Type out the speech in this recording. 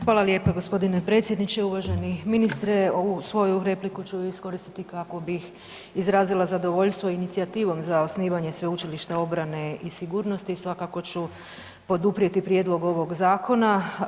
Hvala lijepo gospodine predsjedniče, uvaženi ministre ovu svoju repliku ću iskoristiti kako bi izrazila zadovoljstvo inicijativom za osnivanje Sveučilišta obrane i sigurnosti i svakako ću poduprijeti prijedlog ovog zakona.